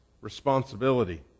responsibility